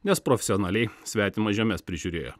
nes profesionaliai svetimas žemes prižiūrėjo